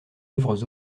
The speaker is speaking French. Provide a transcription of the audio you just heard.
œuvres